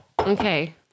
Okay